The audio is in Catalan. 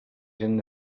gent